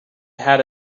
had